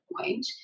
point